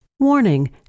Warning